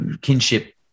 kinship